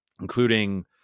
including